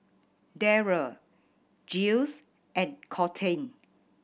Derald Giles and Colten